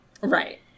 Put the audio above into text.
right